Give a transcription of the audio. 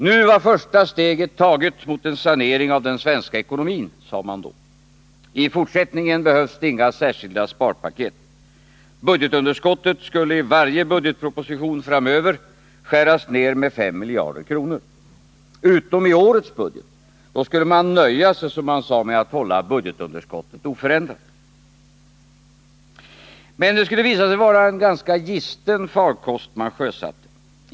Nu var första steget taget mot en sanering av den svenska ekonomin, sade man. I fortsättningen behövdes inga särskilda sparpaket. Budgetunderskottet skulle i varje budgetproposition framöver skäras ner med 5 miljarder kronor — utom i årets budget, då man skulle nöja sig, som man sade, med att hålla budgetunderskottet oförändrat. Men det skulle visa sig vara en ganska gisten farkost man sjösatte.